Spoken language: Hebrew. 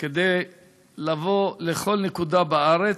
כדי לבוא לכל נקודה בארץ,